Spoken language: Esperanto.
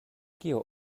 kio